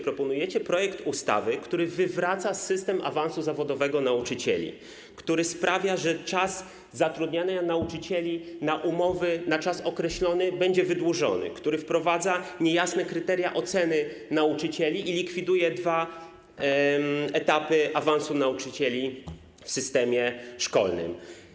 Proponujecie projekt ustawy, który wywraca system awansu zawodowego nauczycieli, który sprawia, że czas zatrudniania nauczycieli na umowy na czas określony będzie wydłużony, który wprowadza niejasne kryteria oceny nauczycieli i likwiduje dwa etapy awansu nauczycieli w systemie szkolnym.